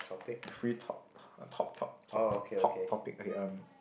free talk top top top top top topic okay hmm